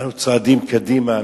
אנחנו צועדים קדימה,